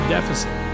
Deficit